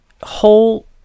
Whole